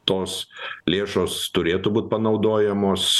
tos lėšos turėtų būt panaudojamos